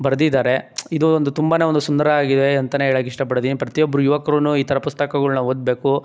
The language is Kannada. ಬರೆದಿದ್ದಾರೆ ಇದು ಒಂದು ತುಂಬನೇ ಒಂದು ಸುಂದರ ಆಗಿದೆ ಅಂತಲೇ ಹೇಳೋಕೆ ಇಷ್ಟಪಡ್ತೀನಿ ಪ್ರತಿಯೊಬ್ಬರು ಯುವಕರೂನು ಈ ಥರ ಪುಸ್ತಕಗಳನ್ನ ಓದಬೇಕು